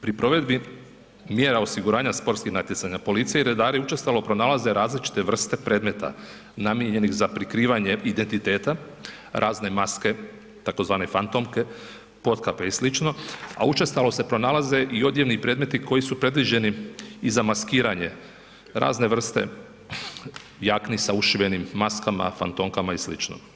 Pri provedbi mjera osiguranja sportskih natjecanja policija i redari učestalo pronalaze različite vrste predmeta namijenjenih za prikrivanje identiteta, razne maske tzv. fantomke, potkape i sl., a učestalo se pronalaze i odjevni predmeti koji su predviđeni i za maskiranje razne vrste jakne sa ušivenim maskama, fantomkama i sl.